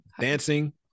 dancing